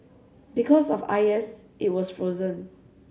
because of I S it was frozen